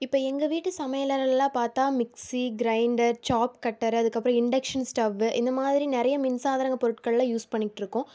இப்போ எங்கள் வீட்டு சமையலறைலலாம் பார்த்தா மிக்சி க்ரைண்டர் சாப் கட்டர் அதுக்கப்பறம் இன்டக்ஷன் ஸ்டவ்வு இந்தமாதிரி நிறைய மின்சாதன பொருட்கள்லாம் யூஸ் பண்ணிக்கிட்டுருக்கோம்